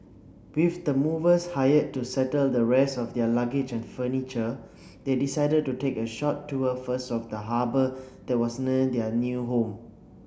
with the movers hired to settle the rest of their luggage and furniture they decided to take a short tour first of the harbour that was near their new home